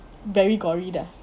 very gory 的 ah